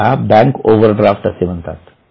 याला bank overdraft असे म्हणतात